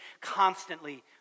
constantly